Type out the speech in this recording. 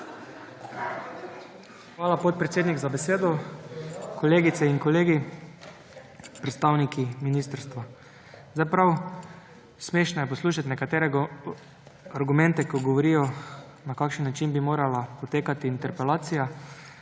Hvala, podpredsednik, za besedo. Kolegice in kolegi, predstavniki ministrstva! Prav smešno je poslušati nekatere argumente, ko govorijo, na kakšen način bi morala potekati interpelacija,